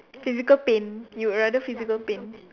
physical pain you would rather physical pain